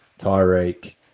Tyreek